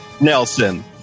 Nelson